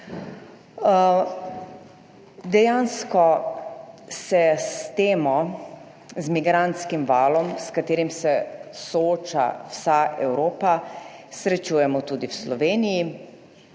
Dejansko se s temo, z migrantskim valom, s katerim se sooča vsa Evropa, srečujemo tudi v Sloveniji